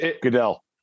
Goodell